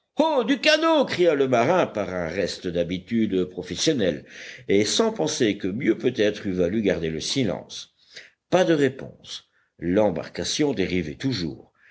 du canot cria le marin par un reste d'habitude professionnelle et sans penser que mieux peut-être eût valu garder le silence pas de réponse l'embarcation dérivait toujours